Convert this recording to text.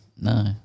No